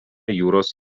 jūros